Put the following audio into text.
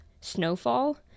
snowfall